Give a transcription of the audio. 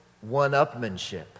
one-upmanship